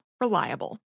Reliable